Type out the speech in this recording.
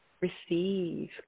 receive